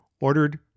Ordered